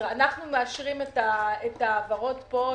אנחנו מאשרים את ההעברות פה,